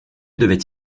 devaient